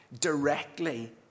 directly